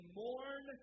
mourn